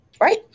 Right